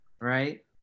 right